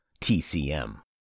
TCM